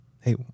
hey